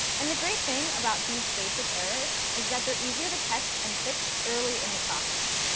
and the great thing about these basic errors is that they're easier to catch and fix early in the process.